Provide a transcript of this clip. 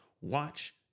watch